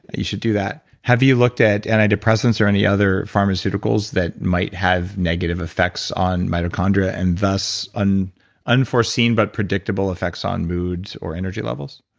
you should do that. have you looked at antidepressants or any other pharmaceuticals that might have negative effects on mitochondria and thus unforeseen but predictable effects on moods or energy levels?